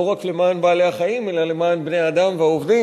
לא רק למען בעלי-החיים אלא למען בני-האדם והעובדים.